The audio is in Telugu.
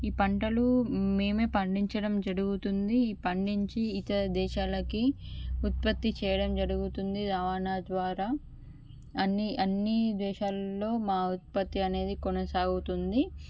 ఈ పంటలు మేమే పండించడం జరుగుతుంది ఈ పండించి ఇతర దేశాలకి ఉత్పత్తి చేయడం జరుగుతుంది రవాణ ద్వారా అన్ని అన్ని దేశాల్లో మా ఉత్పత్తి అనేది కొనసాగుతుంది